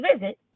visit